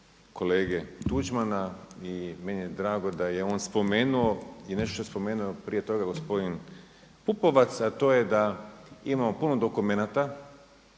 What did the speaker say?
kolege Tuđmana i meni je drago da je on spomenuo i nešto što je spomenuo prije toga gospodin Pupovac a to je da imamo puno dokumenata